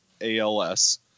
ALS